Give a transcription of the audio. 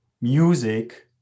music